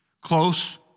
Close